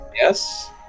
yes